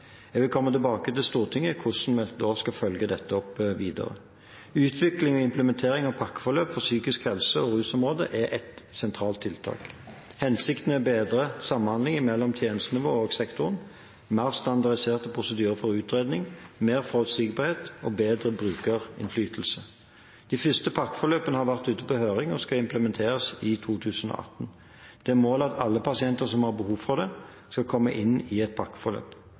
Jeg vil komme tilbake til Stortinget når det gjelder hvordan vi skal følge dette opp videre. Utvikling og implementering av pakkeforløp for psykisk helse og rusområdet er ett sentralt tiltak. Hensikten er å bedre samhandlingen mellom tjenestenivåer og sektorer, mer standardiserte prosedyrer for utredning, mer forutsigbarhet og bedre brukerinnflytelse. De første pakkeforløpene har vært ute på høring og skal implementeres i 2018. Det er et mål at alle pasienter som har behov for det, skal komme inn i et pakkeforløp.